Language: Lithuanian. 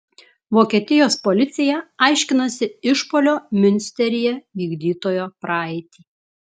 vokietijos policija aiškinasi išpuolio miunsteryje vykdytojo praeitį